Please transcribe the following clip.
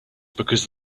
because